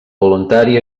voluntari